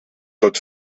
tot